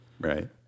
Right